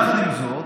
יחד עם זאת,